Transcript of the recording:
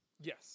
Yes